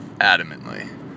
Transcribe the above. Adamantly